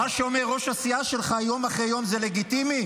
מה שאומר ראש הסיעה שלך יום אחרי יום זה לגיטימי?